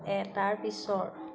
এটাৰ পিছৰ